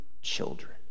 Children